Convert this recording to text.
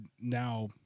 now